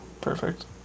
perfect